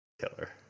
Killer